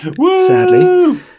Sadly